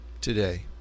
today